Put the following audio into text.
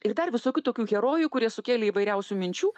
ir dar visokių tokių herojų kurie sukėlė įvairiausių minčių